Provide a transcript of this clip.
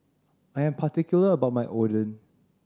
I am particular about my Oden